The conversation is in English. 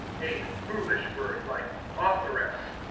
a foolish word, like authoress.